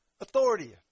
authority